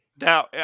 Now